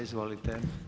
Izvolite.